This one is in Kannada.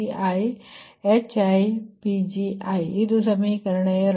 HiPgi ಇದು ಸಮೀಕರಣ 2